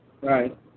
Right